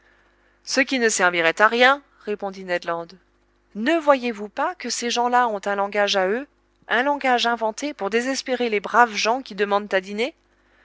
ce qui ne servirait à rien répondit ned land ne voyez-vous pas que ces gens-là ont un langage à eux un langage inventé pour désespérer les braves gens qui demandent à dîner